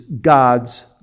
God's